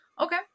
Okay